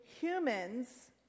humans